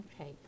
Okay